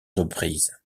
reprises